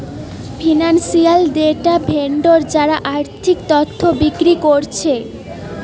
financial data vendor যারা আর্থিক তথ্য বিক্রি কোরছে